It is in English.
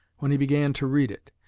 when he began to read it.